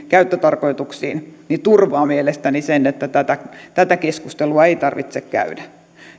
käyttötarkoituksiin turvaa mielestäni sen että tätä tätä keskustelua ei tarvitse käydä